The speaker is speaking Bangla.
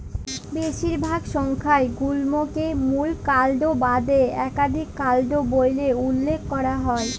বেশিরভাগ সংখ্যায় গুল্মকে মূল কাল্ড বাদে ইকাধিক কাল্ড ব্যইলে উল্লেখ ক্যরা হ্যয়